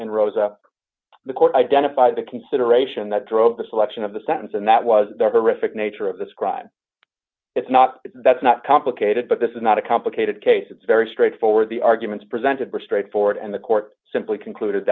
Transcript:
and rose up the court identified the consideration that drove the selection of the sentence and that was never if it nature of this crime it's not that's not complicated but this is not a complicated case it's very straightforward the arguments presented were straightforward and the court simply concluded